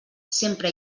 sempre